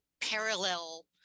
parallel